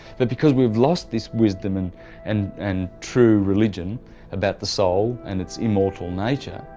but because we have lost this wisdom and and and true religion about the soul and its immortal nature,